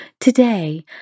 Today